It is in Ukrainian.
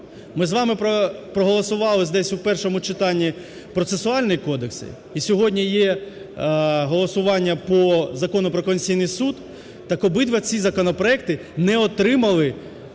ми з вами проголосували здесь у першому читанні процесуальні кодекси і сьогодні є голосування по Закону про Конституційний Суд, так обидва ці законопроекти не отримали